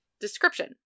description